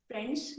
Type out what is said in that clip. Friends